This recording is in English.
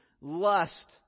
lust